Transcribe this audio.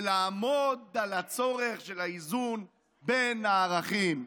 ולעמוד על הצורך של האיזון בין הערכים".